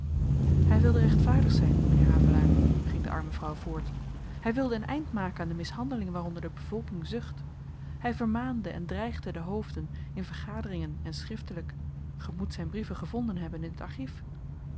hy wilde rechtvaardig zyn m'nheer havelaar ging de arme vrouw voort hy wilde een eind maken aan de mishandeling waaronder de bevolking zucht hy vermaande en dreigde de hoofden in vergaderingen en schriftelyk ge moet zyn brieven gevonden hebben in t archief